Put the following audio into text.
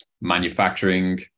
manufacturing